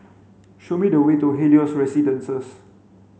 show me the way to Helios Residences